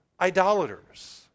idolaters